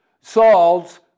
Saul's